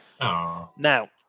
Now